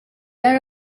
are